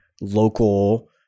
local